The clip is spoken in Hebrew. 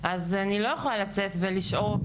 אז אני לא יכולה לצאת ולשאוב.